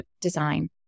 Design